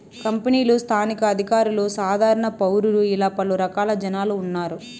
కంపెనీలు స్థానిక అధికారులు సాధారణ పౌరులు ఇలా పలు రకాల జనాలు ఉన్నారు